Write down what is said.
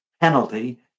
penalty